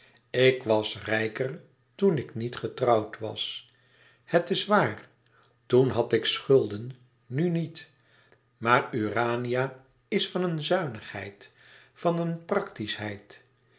ik was rijker toen ik niet getrouwd was het is waar toen had ik schulden nu niet maar urania is van een zuinigheid van een